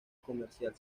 comercial